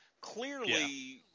Clearly